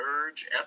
Merge